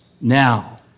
now